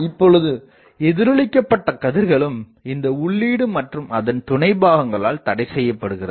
இப்பொழுது எதிரொளிக்கபட்ட கதிர்களும் இந்த உள்ளீடு மற்றும் அதன் துணை பாகங்களால் தடை செய்யப்படுகிறது